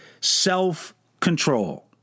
self-control